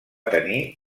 tenir